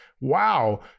wow